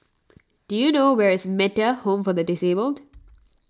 do you know where is Metta Home for the Disabled